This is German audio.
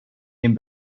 dem